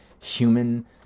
human